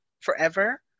forever